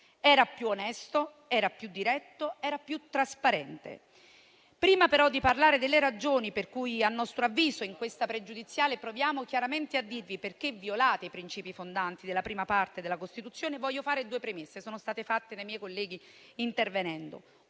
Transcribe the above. stato più onesto, più diretto e più trasparente. Prima però di parlare delle ragioni per cui - a nostro avviso - in questa questione pregiudiziale proviamo chiaramente a dirvi perché violate i princìpi fondanti della Parte I della Costituzione, voglio fare due premesse, che sono state esplicitate dai miei colleghi quando